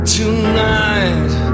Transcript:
tonight